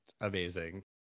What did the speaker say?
amazing